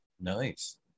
Nice